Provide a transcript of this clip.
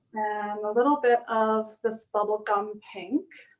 and a little bit of this bubblegum pink